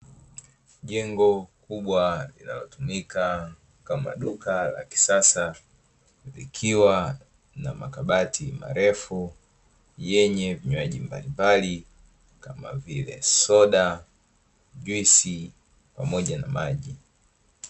Jengo kubwa linalotumika kama duka la kisasa, likiwa na makabati marefu yenye vinywaji mbalimbali, kama vile soda, juisi pamoja na maji.